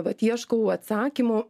vat ieškau atsakymų